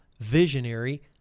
visionary